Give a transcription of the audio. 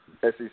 SEC